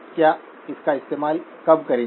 आप इसका इस्तेमाल कब करेंगे